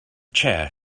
chair